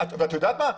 את יודעת מה?